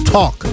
Talk